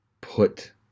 put